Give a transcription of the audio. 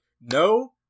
no